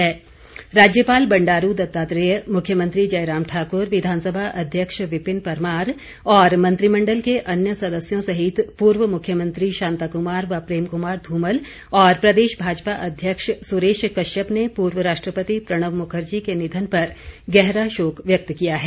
प्रदेश शोक राज्यपाल बंडारू दत्तात्रेय मुख्यमंत्री जयराम ठाकुर विधानसभा अध्यक्ष विपिन परमार और मंत्रिमंडल के अन्य सदस्यों सहित पूर्व मुख्यमंत्री शांताकुमार व प्रेम कुमार धूमल और प्रदेश भाजपा अध्यक्ष सुरेश कश्यप ने पूर्व राष्ट्रपति प्रणव मुखर्जी के निधन पर गहरा शोक व्यक्त किया है